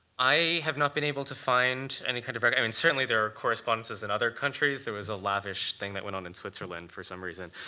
i have not been able to find any kind of record. i mean certainly, there are correspondences in other countries. there was a lavish thing that went on in switzerland, for some reason.